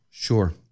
Sure